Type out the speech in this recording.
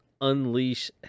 unleash